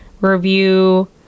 review